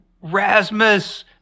Rasmus